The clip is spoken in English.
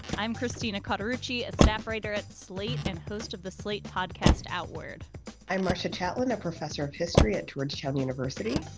i'm christina cutter achi, a staff writer at slate and host of the slate podcast outward i'm marcia chatwin, a professor of history at georgetown university.